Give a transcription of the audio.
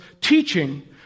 teaching